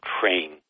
train